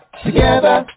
together